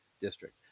district